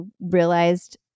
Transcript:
realized